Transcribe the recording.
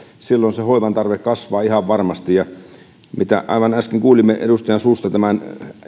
silloin hoivantarve kasvaa ihan varmasti aivan äsken kuulimme edustajan suusta tämän